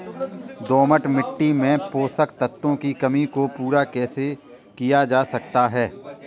दोमट मिट्टी में पोषक तत्वों की कमी को पूरा कैसे किया जा सकता है?